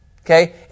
Okay